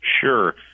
Sure